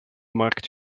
markt